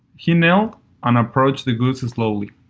he knelt and approached the goose and slowly.